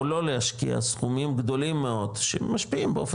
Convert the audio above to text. או לא להשקיע סכומים גדולים מאוד שמשפיעים באופן